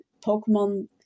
Pokemon